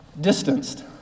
distanced